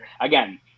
again